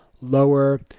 lower